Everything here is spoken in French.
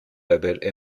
label